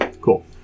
Cool